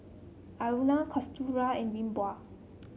Aruna Kasturba and Vinoba